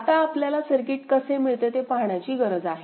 आता आपल्याला सर्किट कसे मिळते ते पाहण्याची गरज आहे